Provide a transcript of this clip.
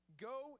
Go